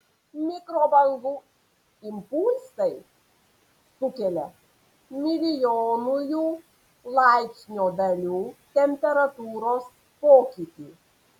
mikrobangų impulsai sukelia milijonųjų laipsnio dalių temperatūros pokytį